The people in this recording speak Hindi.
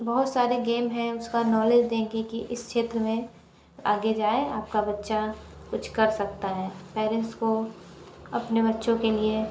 बहुत सारे गेम है उसका नॉलेज देखे कि इस क्षेत्र में आगे जाए आपका बच्चा कुछ कर सकता है पेरेंट्स को अपने बच्चों के लिए